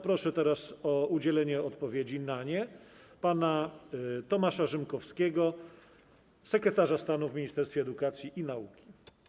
Proszę o udzielnie odpowiedzi na pytania pana Tomasza Rzymkowskiego, sekretarza stanu w Ministerstwie Edukacji i Nauki.